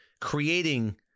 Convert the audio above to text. creating